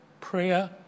prayer